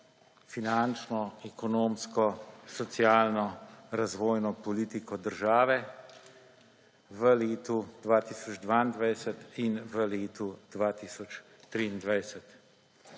finančno, ekonomsko, socialno, razvojno politiko države v letu 2022 in v letu 2023.